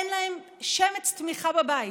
אין להם שמץ תמיכה בבית.